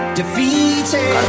defeated